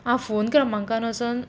आं फोन क्रमांकान वचोन